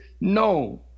No